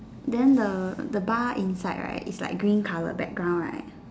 then the the bar inside right is like green color background right